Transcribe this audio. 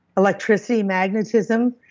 electricity, magnetism.